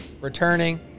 returning